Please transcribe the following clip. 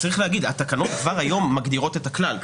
התקנות כבר היום מגדירות את הכלל.